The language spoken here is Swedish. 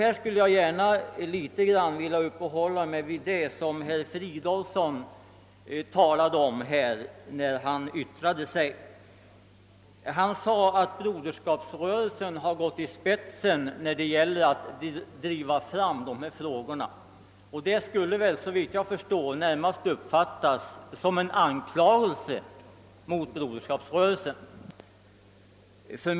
Jag skulle gärna vilja uppehålla mig litet vid herr Fridolfssons i Stockholm yttranden. Han sade att Broderskapsrörelsen har gått i spetsen när det gäller att driva fram dessa frågor, och detta skulle såvitt jag förstår närmast uppfattas som en anklagelse mot Broderskapsrörelsen.